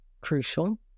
crucial